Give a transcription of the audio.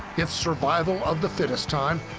it's survival of the fittest time.